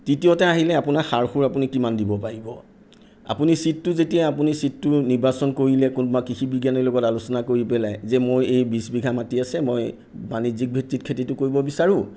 তৃতীয়তে আহিলে আপোনাৰ সাৰ সুৰ আপুনি কিমান দিব পাৰিব আপুনি ছীডটো যেতিয়া আপুনি ছীডটো নিৰ্বাচন কৰিলে কোনোবা কৃষি বিজ্ঞানীৰ লগত আলোচনা কৰি পেলাই যে মই এই বিছ বিঘা মাটি আছে মই বাণিজ্যিকভিত্তিত খেতিটো কৰিব বিচাৰোঁ